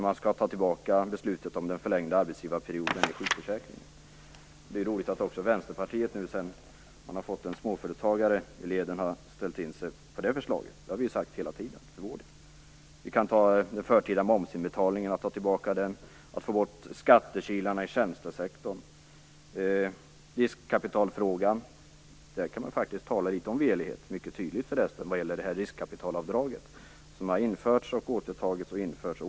Man skall ta tillbaka beslutet om den förlängda arbetsgivarperioden i sjukförsäkringen. Det är roligt att också Vänsterpartiet nu sedan partiet fått en småföretagare i leden ställt in sig på det förslaget. Vi kristdemokrater har hävdat detta hela tiden. Tillbakadragandet av den förtida momsinbetalningen, att få bort skattekilarna i tjänstesektorn och riskkapitalfrågan är ytterligare exempel. I riskkapitalfrågan kan man förresten tala om en mycket tydlig velighet. Riskkapitalavdraget har införts och återtagits om och om igen.